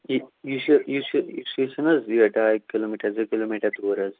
یہِ چھنہٕ حظ یہِ ڈاے کِلوٗمیٖٹَر زٕ کِلوٗمیٖٹَر دوٗر حظ